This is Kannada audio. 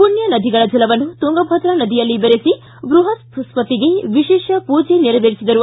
ಪುಣ್ಣನದಿಗಳ ಜಲವನ್ನು ತುಂಗಭದ್ರ ನದಿಯಲ್ಲಿ ಬೆರೆಸಿ ಬೃಹಸ್ಪತಿಗೆ ವಿಶೇಷ ಪೂಜೆ ನೆರೆವೇರಿಸಿದರು